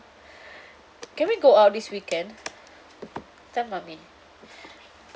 can we go out this weekend tell mummy